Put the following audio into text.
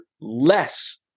less